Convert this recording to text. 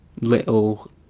little